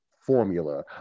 formula